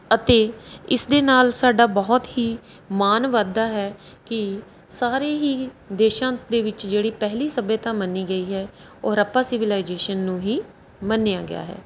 ਅਤੇ ਇਸ ਦੇ ਨਾਲ ਸਾਡਾ ਬਹੁਤ ਹੀ ਮਾਨ ਵੱਧਦਾ ਹੈ ਕਿ ਸਾਰੇ ਹੀ ਦੇਸ਼ਾਂ ਦੇ ਵਿੱਚ ਜਿਹੜੀ ਪਹਿਲੀ ਸੱਭਿਅਤਾ ਮੰਨੀ ਗਈ ਹੈ ਉਹ ਹਰੱਪਾ ਸਿਵਿਲਾਈਜੇਸ਼ਨ ਨੂੰ ਹੀ ਮੰਨਿਆ ਗਿਆ ਹੈ